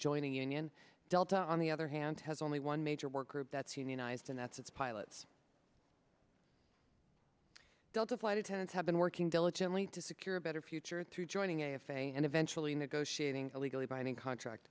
joining union delta on the other hand has only one major work group that's unionized and that's its pilots delta flight attendants have been working diligently to secure a better future through joining a f a a and eventually negotiating a legally binding contract